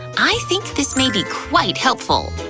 i think this may be quite helpful.